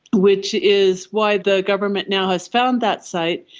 which is why the government now has found that site.